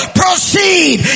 proceed